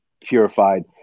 purified